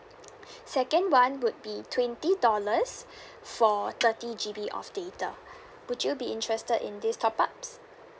second one would be twenty dollars for thirty G_B of data would you interested in this top-ups